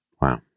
Wow